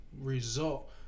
result